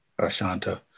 Ashanta